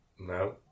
No